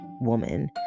woman